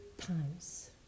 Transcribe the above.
times